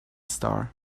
star